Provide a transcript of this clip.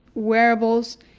wearables,